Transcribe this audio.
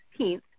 16th